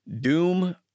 doom